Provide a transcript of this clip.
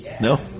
No